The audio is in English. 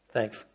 Thanks